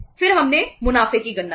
फिर हमने मुनाफे की गणना की